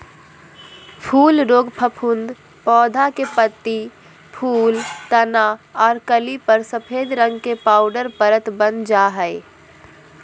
फूल रोग फफूंद पौधा के पत्ती, फूल, तना आर कली पर सफेद रंग के पाउडर परत वन जा हई